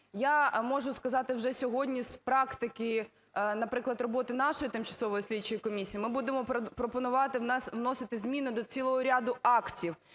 Я можу сказати вже сьогодні з практики, наприклад, роботи нашої тимчасової слідчої комісії, ми будемо пропонувати вносити зміни до цілого ряду актів: